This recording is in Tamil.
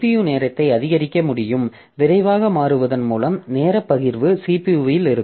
CPU நேரத்தை அதிகரிக்க முடியும் விரைவாக மாறுவதன் மூலம் நேர பகிர்வு CPU இல் இருக்கும்